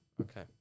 Okay